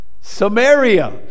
Samaria